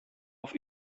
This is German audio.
auf